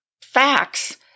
facts